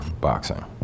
Boxing